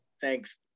thanks